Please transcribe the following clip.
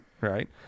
right